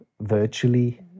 virtually